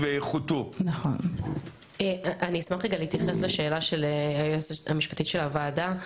אני אשמח להתייחס לשאלה של היועצת המשפטית של הוועדה.